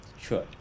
Sure